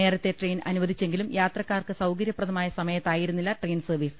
നേരത്തെ ട്രെയിൻ അനുവദിച്ചെങ്കിലും യാത്ര ക്കാർക്ക് സൌകര്യപ്രദമായ സമയത്തായിരുന്നില്ല ട്രെയിൻ സർവീ സ്